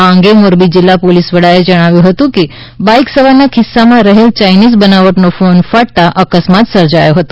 આ અંગે મોરબી જીલ્લા પોલીસ વડાએ જણાવ્યું હતું કે બાઇકસવારના ખિસ્સામાં રહેલ ચાઇનીઝ બનાવટનો ફોન ફાટતાં અકસ્માત સર્જાયો હતો